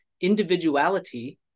individuality